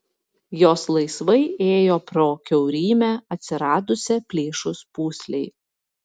jos laisvai ėjo pro kiaurymę atsiradusią plyšus pūslei